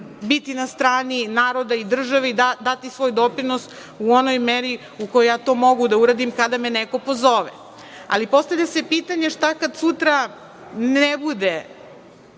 biti na strani naroda i države i dati svoj doprinos u onoj meri u kojoj ja to mogu da uradim kada me neko pozove. Ali, postavlja se pitanje šta kad sutra ne bude